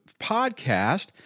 podcast